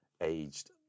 aged